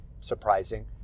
surprising